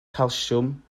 calsiwm